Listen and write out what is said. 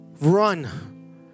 run